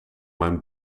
mijn